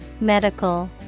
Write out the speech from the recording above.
Medical